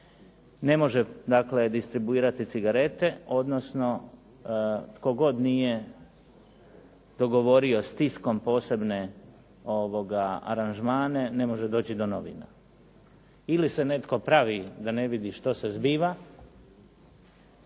dakle distribuirati cigarete, odnosno tko god nije dogovorio s Tisom posebne aranžmane ne može doći do novina. Ili se netko pravi da ne vidi što se zbiva